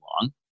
long